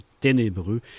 ténébreux